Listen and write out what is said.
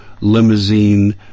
limousine